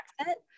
accent